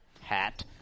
Hat